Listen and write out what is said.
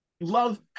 love